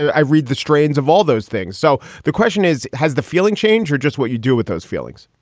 i read the strains of all those things. so the question is, has the feeling changed or just what you do with those feelings?